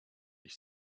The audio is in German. ich